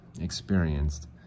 experienced